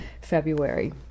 February